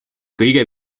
kõige